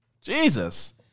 Jesus